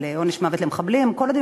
חברי חברי הכנסת,